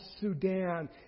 Sudan